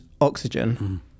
oxygen